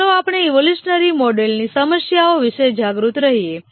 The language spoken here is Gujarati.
ચાલો આપણે ઈવોલ્યુશનરી મોડેલની સમસ્યાઓ વિશે જાગૃત રહીએ